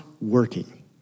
working